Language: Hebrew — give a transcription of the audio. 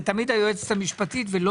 זאת תמיד היועצת המשפטית ולא